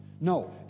No